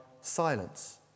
silence